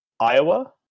Iowa